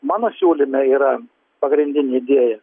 mano siūlyme yra pagrindinė idėja